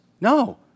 no